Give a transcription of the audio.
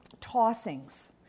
tossings